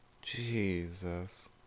Jesus